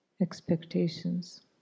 expectations